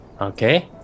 Okay